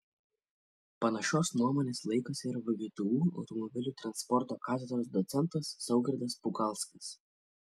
panašios nuomonės laikosi ir vgtu automobilių transporto katedros docentas saugirdas pukalskas